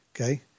okay